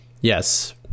yes